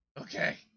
Okay